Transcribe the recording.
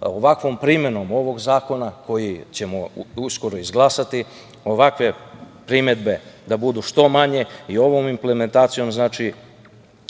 ovakvom primenom ovog zakona koji ćemo uskoro izglasati ovakve primedbe da budu što manje i ovom implementacijom